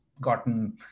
gotten